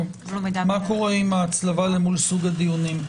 מה קורה עם ההצלבה מול סוג הדיונים?